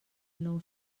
nou